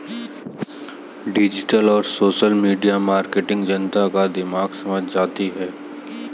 digital और social media marketing जनता का दिमाग समझ जाती है